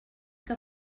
que